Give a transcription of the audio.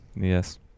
Yes